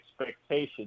expectations